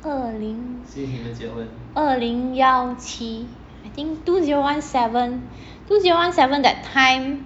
二零二零一七 I think two zero one seven two zero one seven that time